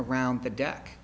around the deck